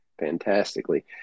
fantastically